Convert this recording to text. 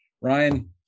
Ryan